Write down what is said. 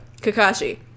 Kakashi